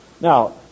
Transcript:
Now